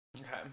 Okay